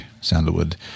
sandalwood